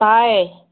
ꯇꯥꯏ